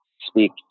speak